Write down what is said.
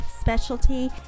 specialty